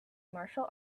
martial